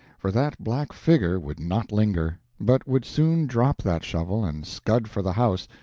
for that black figure would not linger, but would soon drop that shovel and scud for the house,